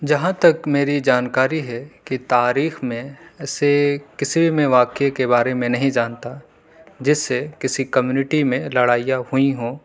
جہاں تک میری جانکاری ہے کہ تاریخ میں ایسے کسی بھی واقعے کے بارے میں نہیں جانتا جس سے کسی کمیونٹی میں لڑائیاں ہوئی ہوں